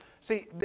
see